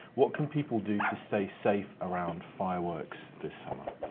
what can people do to stay safe around fireworks this summer?